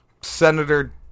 Senator